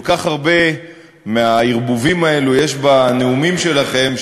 כל כך הרבה מהערבובים שלכם יש בנאומים שלכם,